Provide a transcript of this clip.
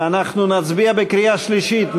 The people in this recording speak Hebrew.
ואנחנו נצביע בקריאה שלישית.